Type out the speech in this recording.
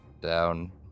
down